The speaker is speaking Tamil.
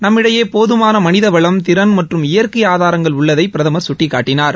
நம்மிடையே போதுமான மனித வளம் திறன் மற்றும் இயற்கை ஆதாரங்கள் உள்ளதை பிரதமர் சுட்டீக்காட்டனார்